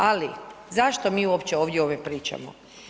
Ali zašto mi uopće ovdje o ovome pričamo?